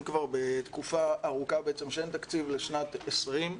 כבר בתקופה ארוכה שאין תקציב לשנת 2020,